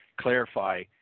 clarify